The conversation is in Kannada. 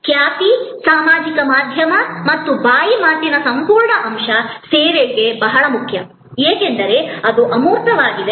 ಖ್ಯಾತಿ ಸಾಮಾಜಿಕ ಮಾಧ್ಯಮ ಮತ್ತು ಬಾಯಿ ಮಾತಿನ ಸಂಪೂರ್ಣ ಅಂಶ ಸೇವೆಗೆ ಬಹಳ ಮುಖ್ಯ ಏಕೆಂದರೆ ಅದು ಅಮೂರ್ತವಾಗಿದೆ